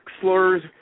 slurs